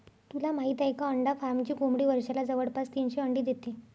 तुला माहित आहे का? अंडा फार्मची कोंबडी वर्षाला जवळपास तीनशे अंडी देते